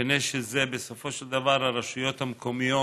מפני שזה בסופו של דבר הרשויות המקומיות.